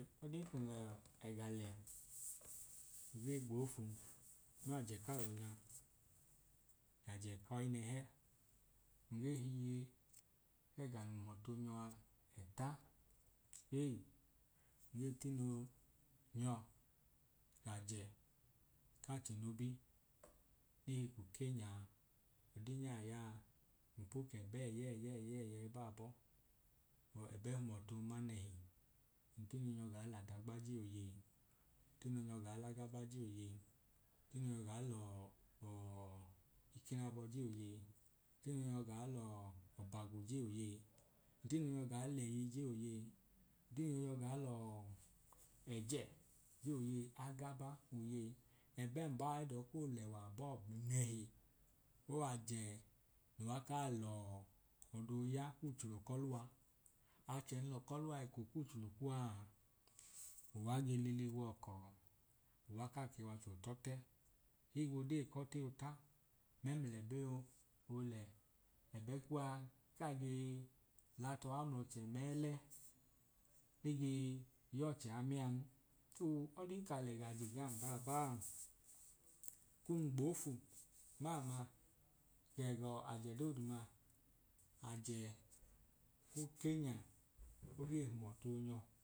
Odan kun lẹ ẹga lẹ nun ge gboofu, nmajẹ kalọ nyaa gajẹ kọyi nẹhẹ. ngee hiye k’ẹga nohum ọtuoyọa ẹta. Eyi, ngee tinoo nyọ gajẹ kachẹ nobi ne hi ku kenya a, ọdinyaa yaa? Npo kẹbẹ ẹyẹi ẹyẹi ẹyẹi ba abọọ, ẹbẹ hum ọtu oma nẹhi. Ntino nyọ gaa ladagba jẹ oyei. Ntino nyo gaa lagaba je oyei. Ntino nyo gaa lọọ ọọ ikinabo je oyei. Ntino nyo gaa lọọ ọbagwu je oyei. Ntino nyọ gaa lẹyi je oyei, ntino nyọ gaa lọọ ẹjẹ je oyei, agaba oyei. Ebe mbaa e dọọ koo lewa abọọ nehi. Owajẹ nu wa kaa lọọ ọdo ya ku’chulo kọ luwa. Achenyilọ kọluwa eko ku’chulo kuwaa, uwa ge lili wọkọ. Uwa kaa ke w’acho tọte, eho dee kọte ota mẹ ml’ ẹbẹ olẹ. Ẹbẹ kuwaa kaa gee latọha ml’achẹ mẹẹlẹ. Ege yọọ’chẹ amian. So odin ka lẹ ga jegam baabaa, kun gboofu nma amaa gẹ ga ajẹ doodu ma, ajẹ ku kenya oge hum ọtu onyọ.